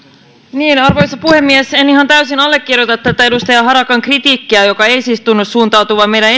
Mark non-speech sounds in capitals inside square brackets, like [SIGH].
arvoisa puhemies en ihan täysin allekirjoita tätä edustaja harakan kritiikkiä joka ei siis tunnu suuntautuvan meidän [UNINTELLIGIBLE]